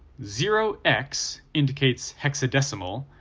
zero x indicates hexadecimal,